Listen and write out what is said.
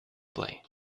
play